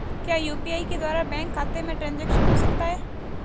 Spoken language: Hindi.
क्या यू.पी.आई के द्वारा बैंक खाते में ट्रैन्ज़ैक्शन हो सकता है?